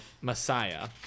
messiah